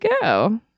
go